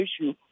issue